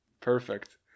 Perfect